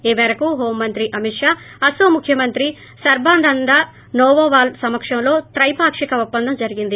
ఈ మేరకు హోం మంత్రి అమిత్ షా అనోం ముఖ్యమంత్రి సర్భానంద్ నోనోవాల్ల సమక్షంలో త్లెపాక్షిక ఒప్పందం జరిగింది